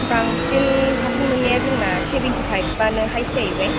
बांसिन पार्सेन्ट मोननाया जोंना सेभेन्टिफाइभआनो हाइहयेस्ट जाहैबाय